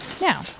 now